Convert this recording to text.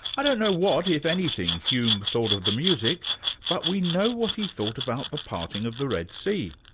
i don't know what, if anything, hume thought of the music but we know what he thought about the parting of the red sea,